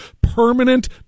Permanent